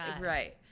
Right